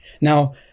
Now